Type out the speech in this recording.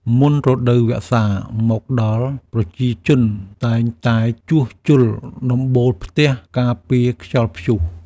មុនរដូវវស្សាមកដល់ ប្រជាជនតែងតែជួសជុលដំបូលផ្ទះការពារខ្យល់ព្យុះ។